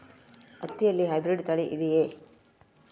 ಹತ್ತಿಯಲ್ಲಿ ಹೈಬ್ರಿಡ್ ತಳಿ ಇದೆಯೇ?